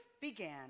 began